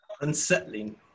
Unsettling